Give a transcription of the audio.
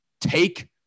Take